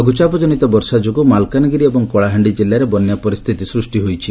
ଲଘୁଚାପ ଜନିତ ବର୍ଷା ଯୋଗୁଁ ମାଲକାନଗିରି ଏବଂ କଳାହାଣ୍ଡି ଜିଲ୍ଲାରେ ବନ୍ୟା ପରିସ୍ଥିତି ସୃଷ୍ଟି ହୋଇଛି